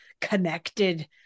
connected